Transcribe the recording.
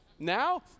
now